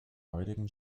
heutigen